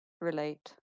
relate